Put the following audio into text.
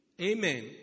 Amen